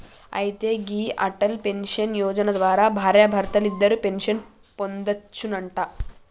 అయితే గీ అటల్ పెన్షన్ యోజన ద్వారా భార్యాభర్తలిద్దరూ పెన్షన్ పొందొచ్చునంట